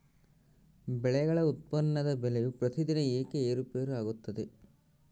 ಬೆಳೆಗಳ ಉತ್ಪನ್ನದ ಬೆಲೆಯು ಪ್ರತಿದಿನ ಏಕೆ ಏರುಪೇರು ಆಗುತ್ತದೆ?